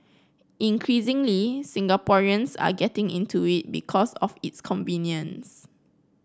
increasingly Singaporeans are getting into it because of its convenience